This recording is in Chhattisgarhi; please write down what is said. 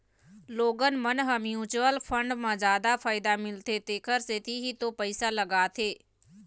लोगन मन ह म्युचुअल फंड म जादा फायदा मिलथे तेखर सेती ही तो पइसा लगाथे